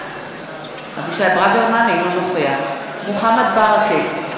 אינו נוכח מוחמד ברכה,